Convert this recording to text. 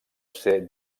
ser